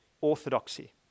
orthodoxy